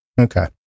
Okay